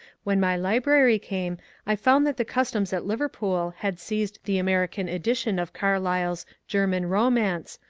when my library came i found that the customs at liverpool had seized the american edition of carlyle's german bomance,